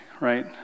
right